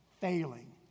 failing